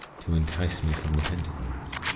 to entice me from the pentacles.